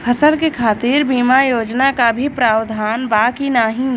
फसल के खातीर बिमा योजना क भी प्रवाधान बा की नाही?